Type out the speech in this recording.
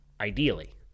Ideally